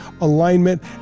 alignment